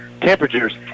temperatures